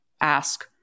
ask